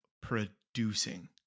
producing